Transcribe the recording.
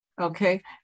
Okay